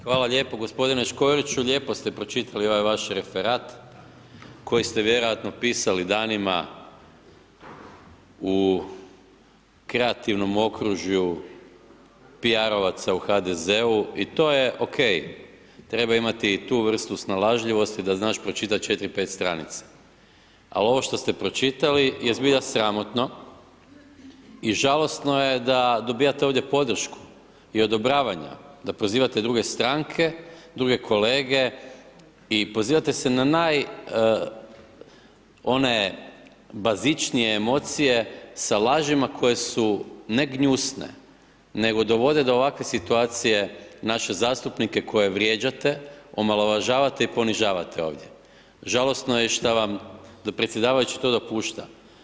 Hvala lijepa g. Škoriću, lijepo ste pročitali ovaj vaš referat koji ste vjerojatno pisali danima u kreativnom okružju piarovaca u HDZ-u i to je okej, treba imati i tu vrstu snalažljivosti da znaš pročitat 4-5 stranica, a ovo što ste pročitali je zbilja sramotno i žalosno je da dobijate ovdje podršku i odobravanja da prozivate druge stranke, druge kolege i pozivate se na naj, one bazičnije emocije sa lažima koje su ne gnjusne, nego dovode do ovakve situacije naše zastupnike koje vrijeđate, omalovažavate i ponižavate ovdje, žalosno je što vam dopredsjedavajući to dopušta.